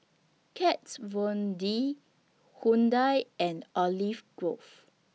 Kat Von D Hyundai and Olive Grove